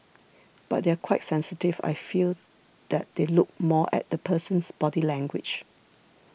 but they are quite sensitive I feel that they look more at the person's body language